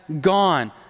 gone